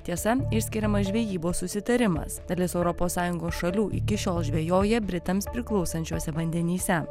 tiesa išskiriamas žvejybos susitarimas dalis europos sąjungos šalių iki šiol žvejoja britams priklausančiuose vandenyse